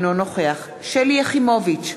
אינו נוכח שלי יחימוביץ,